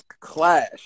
clash